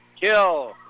kill